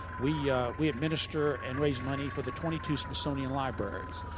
we we administer and raise money for the twenty two smithsonian libraries.